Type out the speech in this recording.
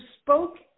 spoke